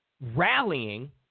rallying